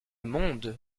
monde